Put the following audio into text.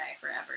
forever